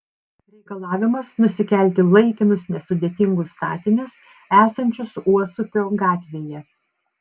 reikalavimas nusikelti laikinus nesudėtingus statinius esančius uosupio gatvėje